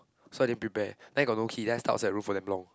so I didn't prepare then I got no key then I stuck outside the room for damn long